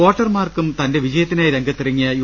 വോട്ടർമാർക്കും തന്റെ വിജയത്തിനായി രംഗത്തിറങ്ങിയ യു